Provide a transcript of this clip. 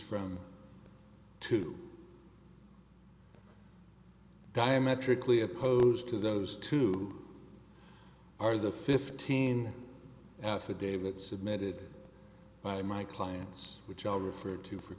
from two diametrically opposed to those two are the fifteen affidavit submitted by my clients which are referred to for